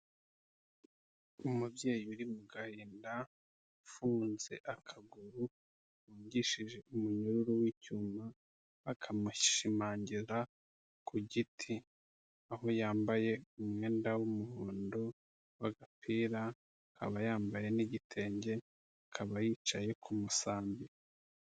Umubyeyi uri mu gahinda ufunze akaguru wungishije umunyururu w'icyuma akamushimangira ku giti, aho yambaye umwenda w'umuhondo w'agapira akaba yambaye n'igitenge akaba yicaye ku musambi.